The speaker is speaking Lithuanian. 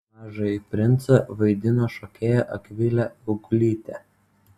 mažąjį princą vaidino šokėja akvilė augulytė